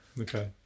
Okay